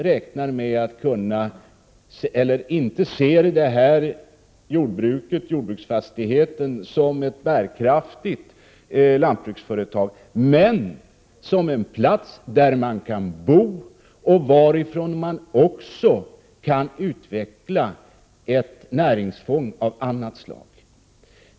Jordbruksfastigheten behöver inte vara ett bärkraftigt lantbruksföretag utan en plats där man kan bo och där man också kan utveckla ett näringsfång av annat slag.